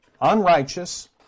unrighteous